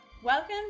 Welcome